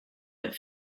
but